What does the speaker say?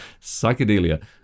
psychedelia